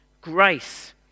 grace